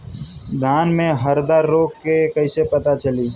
धान में हरदा रोग के कैसे पता चली?